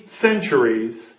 centuries